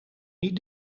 niet